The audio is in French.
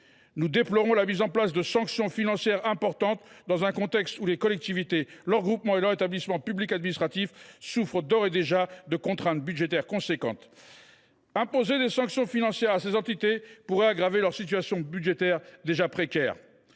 nous déplorons l’instauration de sanctions financières importantes, dans un contexte où les collectivités, leurs groupements et leurs établissements publics administratifs souffrent d’ores et déjà de fortes contraintes budgétaires. Imposer des sanctions financières à ces entités pourrait aggraver leur situation budgétaire déjà précaire,